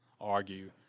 argue